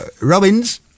Robins